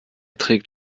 trägt